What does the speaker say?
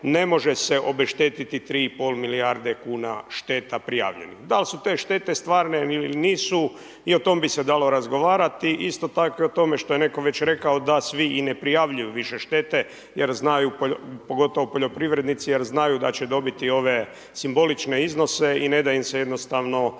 ne može se obeštetiti 3,5 milijarde kn šteta prijavljenih. Dal su te štete stvarne ili nisu i o tome bi se dalo razgovarati. Isto tako i o tome što je već netko rekao, da svi i ne prijavljuju više štete, pogotovo poljoprivrednici jer znaju da će dobiti ove simbolične iznose i neda im se jednostavno